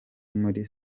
muri